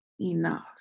enough